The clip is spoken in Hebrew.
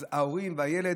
אז ההורים והילד,